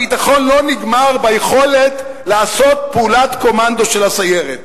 הביטחון לא נגמר ביכולת לעשות פעולת קומנדו של הסיירת.